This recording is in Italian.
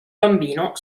bambino